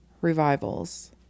revivals